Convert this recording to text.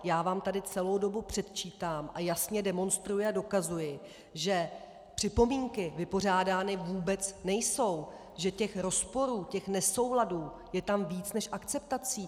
Já vám tady celou dobu předčítám a jasně demonstruji a dokazuji, že připomínky vypořádány vůbec nejsou, že těch rozporů, těch nesouladů je tam více než akceptací.